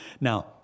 Now